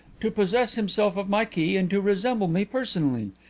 to possess himself of my key, and to resemble me personally?